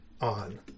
on